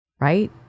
Right